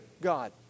God